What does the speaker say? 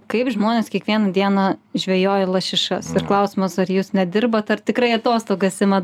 kaip žmonės kiekvieną dieną žvejoja lašišas ir klausimas ar jūs nedirbat ar tikrai atostogas imat